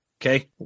Okay